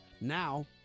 now